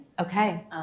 Okay